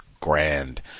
grand